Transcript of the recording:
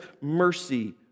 mercy